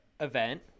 Event